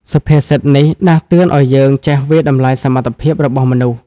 សុភាសិតនេះដាស់តឿនឱ្យយើងចេះ វាយតម្លៃសមត្ថភាពរបស់មនុស្ស។